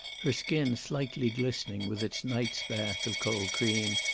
her skin slightly glistening with its night's bath of cold cream,